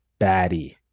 baddie